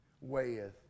weigheth